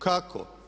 Kako?